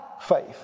faith